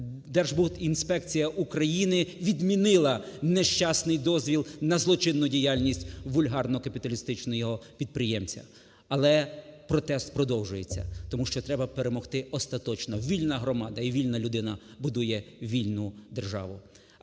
СьогодніДержбудінспекція України відмінила нещасний дозвіл на злочинну діяльність вульгарного капіталістичного підприємця. Але протест продовжується, тому що треба перемогти остаточно. Вільна громада і вільна людина будує вільну державу.